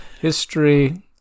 History